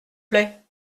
plait